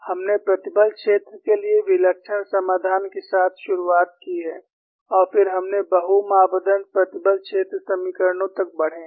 हमने प्रतिबल क्षेत्र के लिए विलक्षण समाधान के साथ शुरुआत की है और फिर हमने बहु मापदण्ड प्रतिबल क्षेत्र समीकरणों तक बढे है